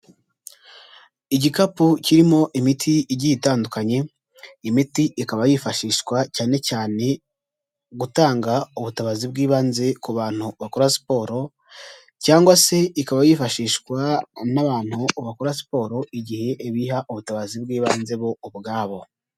Igikapu kirimo imiti igiye itandukanye, imiti ikaba yifashishwa cyane cyane gutanga ubutabazi bw'ibanze ku bantu bakora siporo cyangwa se ikaba yifashishwa n'abantu bakora siporo igihe biha ubutabazi bw'ibanze bo ubwabo.